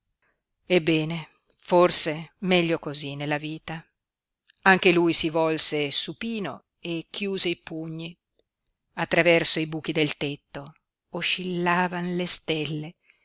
ebbene forse meglio cosí nella vita anche lui si volse supino e chiuse i pugni attraverso i buchi del tetto oscillavan le stelle